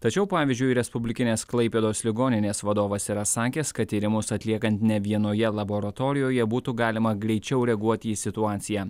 tačiau pavyzdžiui respublikinės klaipėdos ligoninės vadovas yra sakęs kad tyrimus atliekan ne vienoje laboratorijoje būtų galima greičiau reaguoti į situaciją